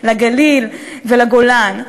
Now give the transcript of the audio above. לגליל ולגולן,